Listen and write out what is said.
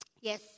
Yes